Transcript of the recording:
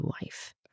wife